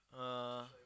uh